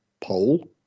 poll